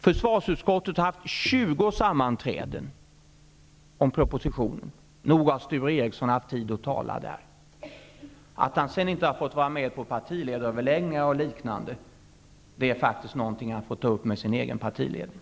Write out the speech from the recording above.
Försvarsutskottet har haft 20 sammanträden om propositionen; nog har Sture Ericson haft tid att tala där. Att han inte har fått vara med på partiöverläggningar och liknande är något som han faktiskt får ta upp med sin egen partiledning.